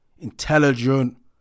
intelligent